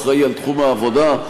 אחראי לתחום העבודה.